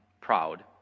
proud